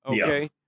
okay